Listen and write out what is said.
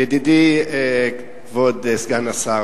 ידידי כבוד סגן השר,